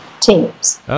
teams